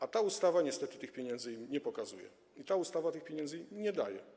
A ta ustawa niestety tych pieniędzy im nie pokazuje i ta ustawa tych pieniędzy nie daje.